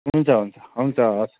हुन्छ हुन्छ हुन्छ हस्